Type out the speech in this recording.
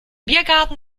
biergarten